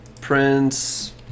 Prince